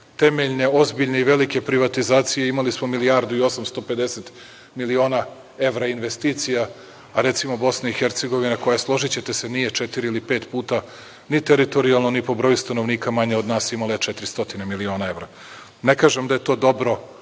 temeljene, ozbiljne i velike privatizacije, imali smo milijardu i 850 miliona evra investicija, a recimo Bosna i Hercegovina koja, složićete se, nije četiri ili pet puta ni teritorijalno ni po broju stanovnika manja od nas, imala je 400 miliona evra. Ne kažem da je to dobro,